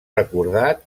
recordat